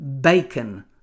bacon